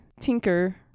Tinker